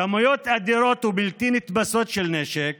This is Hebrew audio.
כמויות אדירות ובלתי נתפסות של נשק